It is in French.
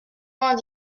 vingt